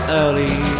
early